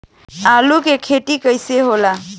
आलू के खेती कैसे होला?